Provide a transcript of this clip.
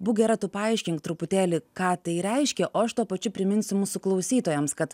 būk gera tu paaiškink truputėlį ką tai reiškia o aš tuo pačiu priminsiu mūsų klausytojams kad